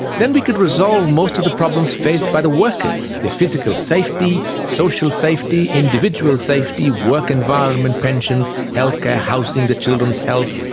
then we could resolve most of the problems faced by the workers their physical safety, social safety, individual individual safety, work environment, pensions, healthcare, housing, their children's health,